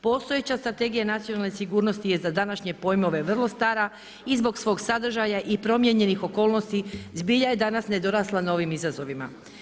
Postojeća Strategija nacionalne sigurnosti je današnje pojmove vrlo stara i zbog svog sadržaja i promijenjenih okolnosti zbilja je danas nedorasla novim izazovima.